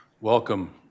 welcome